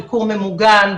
ביקור ממוגן,